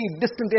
distant